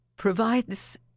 provides